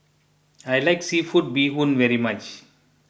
I like Seafood Bee Hoon very much